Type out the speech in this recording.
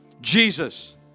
Jesus